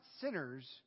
sinners